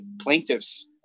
plaintiff's